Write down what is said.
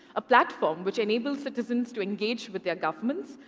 a platform which enables citizens to engage with their governments,